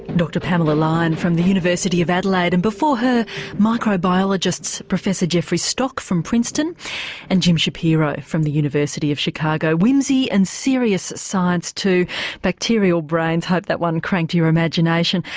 dr pamela lyon from the university of adelaide, and before her microbiologists professor jeffry stock from princeton and jim shapiro from the university of chicago. whimsy, and serious science too bacterial brains hope that cranked your imagination.